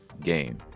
game